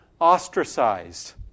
ostracized